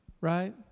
right